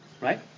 right